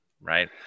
Right